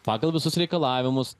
pagal visus reikalavimus